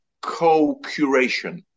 co-curation